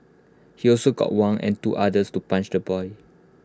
he also got Wang and two others to punch the boy